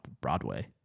broadway